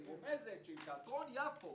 היא רומזת שאם תיאטרון יפו